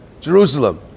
Jerusalem